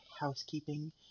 housekeeping